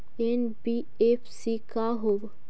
NBFC का होब?